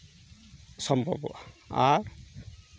ᱥᱚᱵᱷᱚᱵᱚᱜᱼᱟ ᱟᱨ